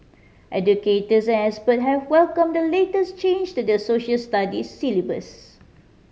educators and expert have welcomed the latest change to the Social Studies syllabus